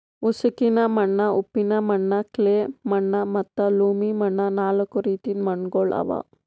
ಉಸುಕಿನ ಮಣ್ಣ, ಉಪ್ಪಿನ ಮಣ್ಣ, ಕ್ಲೇ ಮಣ್ಣ ಮತ್ತ ಲೋಮಿ ಮಣ್ಣ ನಾಲ್ಕು ರೀತಿದು ಮಣ್ಣುಗೊಳ್ ಅವಾ